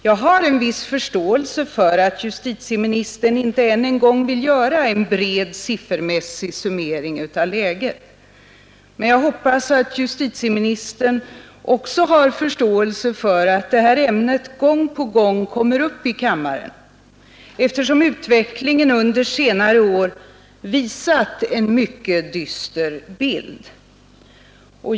Jag har en viss förståelse för att justitieministern inte än en gång vill göra en bred siffermässig summering av läget. Men jag hoppas att justitieministern också har förståelse för att detta ämne gång på gång kommer upp i kammaren, eftersom utvecklingen under senare år visat en mycket dyster bild.